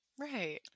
Right